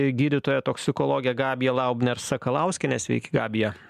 gydytoja toksikologe gabija laubner sakalauskiene sveiki gabija